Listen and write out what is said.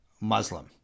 Muslim